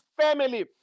family